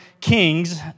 kings